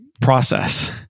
process